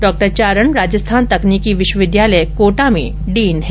डॉ चारण राजस्थान तकनीकी विश्वविद्यालय कोटा में डीन हैं